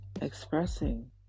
expressing